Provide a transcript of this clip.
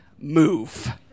move